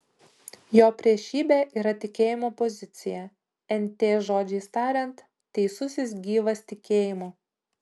jo priešybė yra tikėjimo pozicija nt žodžiais tariant teisusis gyvas tikėjimu